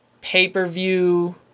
pay-per-view